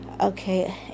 Okay